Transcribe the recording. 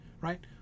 Right